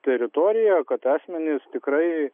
teritoriją kad asmenys tikrai